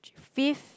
fifth